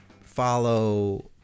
follow